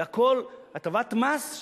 זה הכול הטבת מס,